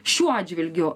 šiuo atžvilgiu